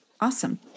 awesome